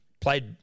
played